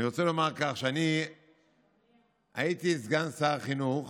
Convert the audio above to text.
אני רוצה לומר שאני הייתי סגן שר החינוך